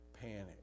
panic